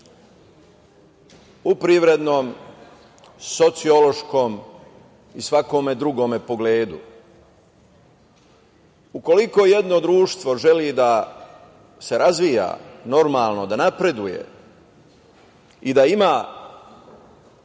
u privrednom, sociološkom i svakom drugom pogledu. Ukoliko jedno društvo želi da se razvija normalno, da napreduje i da ima